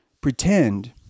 pretend